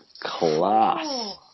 class